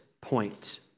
point